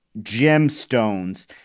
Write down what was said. gemstones